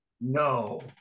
No